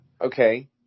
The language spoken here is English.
Okay